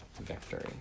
victory